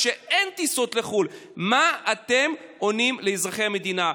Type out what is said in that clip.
כשאין טיסות לחו"ל, מה אתם עונים לאזרחי המדינה?